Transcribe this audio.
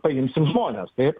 paimsim žmones taip